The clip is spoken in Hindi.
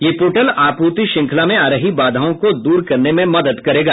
यह पोर्टल आपूर्ति श्रृंखला में आ रही बाधाओं को दूर करने में मदद करेगा